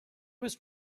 was